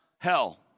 hell